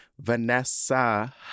Vanessa